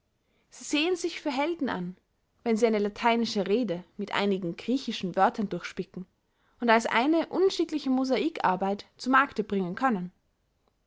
sie sehen sich für helden an wenn sie eine lateinische rede mit einigen griechischen wörtern durchspicken und also eine unschickliche mosaikarbeit zu markte bringen können